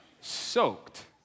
soaked